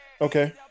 Okay